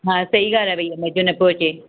हा सही ॻाल्हि आहे भईया मज़ो नथो अचे